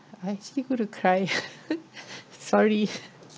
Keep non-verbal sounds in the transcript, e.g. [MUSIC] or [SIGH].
I actually go to cry [NOISE] sorry